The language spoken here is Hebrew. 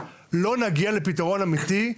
לא נגיע לפתרון אמיתי,